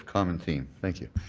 common theme. thank you.